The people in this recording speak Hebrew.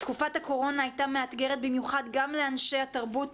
תקופת הקורונה הייתה מאתגרת במיוחד גם לאנשי התרבות,